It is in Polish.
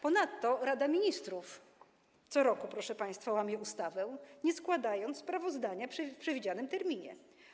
Ponadto Rada Ministrów co roku, proszę państwa, łamie ustawę, nie składając sprawozdania w przewidzianym terminie.